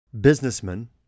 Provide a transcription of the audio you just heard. businessman